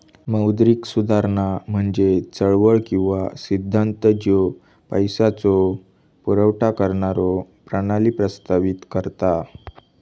मौद्रिक सुधारणा म्हणजे चळवळ किंवा सिद्धांत ज्यो पैशाचो पुरवठा करणारो प्रणाली प्रस्तावित करता